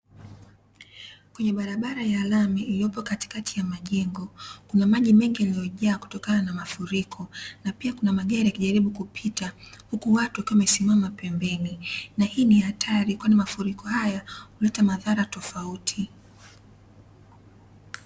Kwenye barabara ya lami iliyopo katikati ya majengo. Kuna maji mengi yaliyojaa kutokana na mafuriko, na pia kuna magari yakijaribu kupita, huku watu wakiwa wamesimama pembeni. Na hii ni hatari. Kwani mafuriko haya huleta madhara tofauti.